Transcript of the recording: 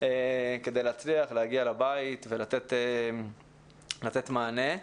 כדי להצליח, להגיע לבית ולתת מענה.